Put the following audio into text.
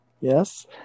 yes